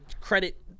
credit